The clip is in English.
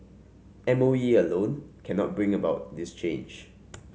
M O E alone cannot bring about this change